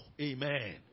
Amen